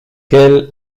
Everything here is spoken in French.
quel